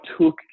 took